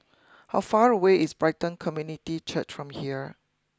how far away is Brighton Community Church from here